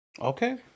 Okay